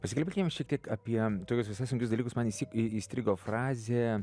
pasikalbėkim šiek tiek apie tokius visai sunkius dalykus man įstrigo frazė